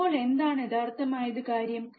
ഇപ്പോൾ എന്താണ് യഥാർത്ഥമായത് കാര്യം